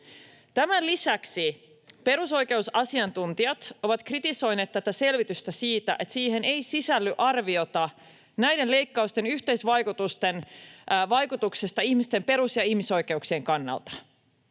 Tämän lisäksi perusoikeusasiantuntijat ovat kritisoineet tätä selvitystä siitä, että siihen ei sisälly arviota näiden leikkausten yhteisvaikutuksista ihmisten perus- ja ihmisoikeuksien kannalta.